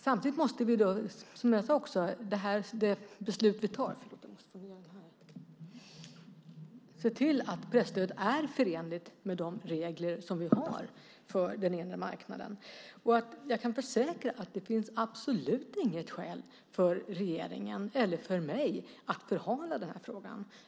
Samtidigt måste vi med det beslut vi fattar se till att presstödet är förenligt med de regler som vi har för den inre marknaden. Jag kan försäkra att det absolut inte finns något skäl för regeringen eller för mig att förhala i den här frågan.